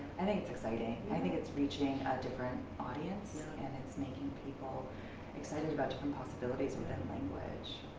i think it's exciting. i think it's reaching a different audience and it's making people excited about different possibilities within language.